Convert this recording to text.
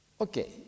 Okay